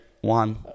one